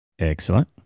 Excellent